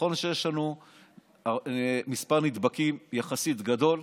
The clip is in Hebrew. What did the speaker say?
נכון שיש לנו מספר נדבקים יחסית גדול,